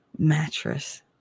Mattress